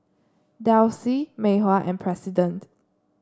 Delsey Mei Hua and President